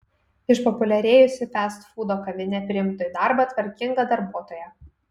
išpopuliarėjusi festfūdo kavinė priimtų į darbą tvarkingą darbuotoją